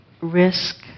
risk